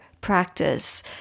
practice